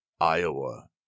Iowa